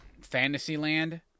Fantasyland